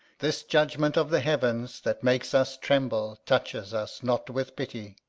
this judgement of the heavens, that makes us tremble touches us not with pity.